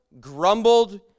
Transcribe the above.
grumbled